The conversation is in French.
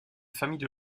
familles